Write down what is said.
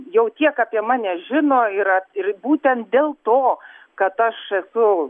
jau tiek apie mane žino ir a ir būtent dėl to kad aš esu